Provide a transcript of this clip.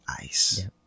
ice